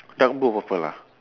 dark blue or purple ah